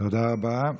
תודה רבה.